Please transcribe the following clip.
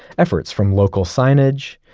efforts from local signage,